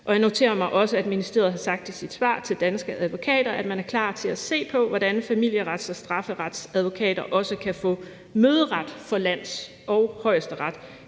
Jeg noterer mig også, at ministeriet har sagt i sit svar til Danske Advokater, at man er klar til at se på, hvordan familierets- og strafferetsdvokater også kan få møderet for lands- og Højesteret